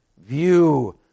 view